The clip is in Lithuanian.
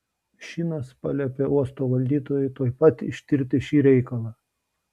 šinas paliepė uosto valdytojui tuoj pat ištirti šį reikalą